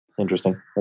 Interesting